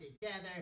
together